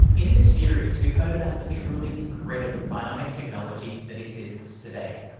in this series we've heard about the truly incredible bionic technology that exists today,